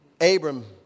Abram